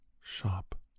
Shop